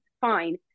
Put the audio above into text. fine